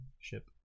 ship